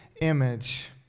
image